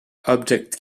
object